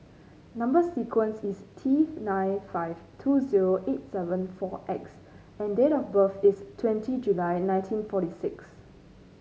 number sequence is T nine five two zero eight seven four X and date of birth is twenty July nineteen forty six